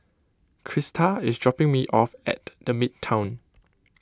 Crista is dropping me off at the Midtown